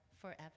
forever